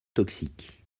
toxique